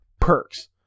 perks